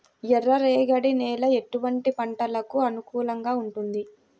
ఎర్ర రేగడి నేల ఎటువంటి పంటలకు అనుకూలంగా ఉంటుంది?